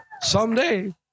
someday